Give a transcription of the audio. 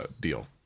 deal